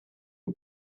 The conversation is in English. who